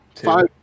Five